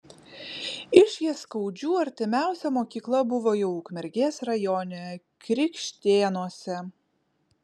iš jaskaudžių artimiausia mokykla buvo jau ukmergės rajone krikštėnuose